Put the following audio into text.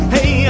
Hey